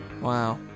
Wow